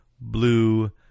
blue